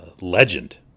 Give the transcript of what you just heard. legend